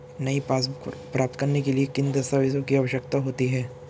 नई पासबुक प्राप्त करने के लिए किन दस्तावेज़ों की आवश्यकता होती है?